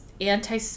anti